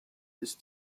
ist